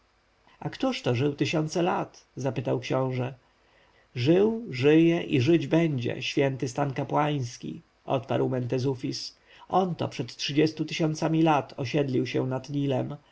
to żył tysiące lat zapytał książę żył żyje i żyć będzie święty stan kapłański odpowiedział mentezufis on to przed trzydziestu tysiącami lat osiedlił się nad nilem